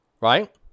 Right